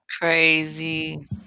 Crazy